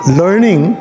learning